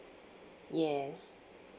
yes